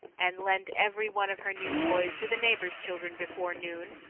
and lent every one of her new toys to the neighbors' children before noon,